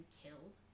killed